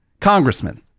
Congressman